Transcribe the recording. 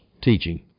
teaching